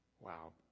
Wow